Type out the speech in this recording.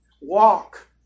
walk